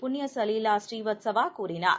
Punyasalila ப்ரீவத்சவாகூறினார்